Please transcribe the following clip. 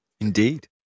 Indeed